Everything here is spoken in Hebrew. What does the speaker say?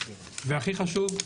ו-ב' והכי חשוב,